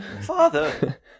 Father